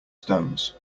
stones